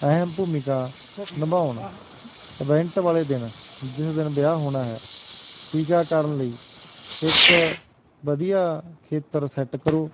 ਅਹਿਮ ਭੂਮਿਕਾ ਨਿਭਾਉਣ ਅਵੈਂਟ ਵਾਲੇ ਦਿਨ ਜਿਸ ਦਿਨ ਵਿਆਹ ਹੋਣਾ ਹੈ ਟੀਕਾਕਰਨ ਲਈ ਇੱਕ ਵਧੀਆ ਖੇਤਰ ਸੈੱਟ ਕਰੋ